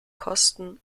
kosten